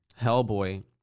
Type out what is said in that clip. Hellboy